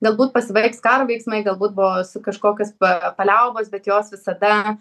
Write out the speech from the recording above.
galbūt pasibaigs karo veiksmai galbūt bus su kažkokios pa paliaubos bet jos visada